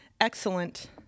excellent